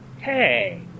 hey